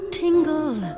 tingle